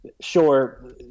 sure